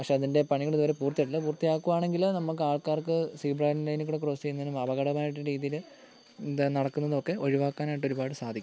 പക്ഷേ അതിൻ്റെ പണികൾ ഇതുവരെ പൂർത്തി ആയിട്ടില്ല പൂർത്തി ആക്കുവാണെങ്കിൽ നമുക്ക് ആൾക്കാർക്ക് സീബ്രാ ലൈനിക്കൂടെ ക്രോസ് ചെയ്യുന്നേന് അപകടമായിട്ട് രീതിയിൽ എന്താ നടക്കുന്നതും ഒക്കെ ഒഴിവാക്കാനായിട്ട് ഒരുപാട് സാധിക്കും